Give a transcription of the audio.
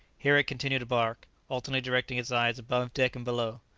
here it continued to bark, alternately directing its eyes above deck and below.